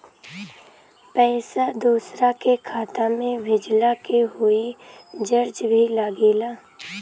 पैसा दोसरा के खाता मे भेजला के कोई चार्ज भी लागेला?